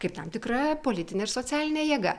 kaip tam tikra politinė ir socialinė jėga